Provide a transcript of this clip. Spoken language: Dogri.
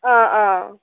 हां हां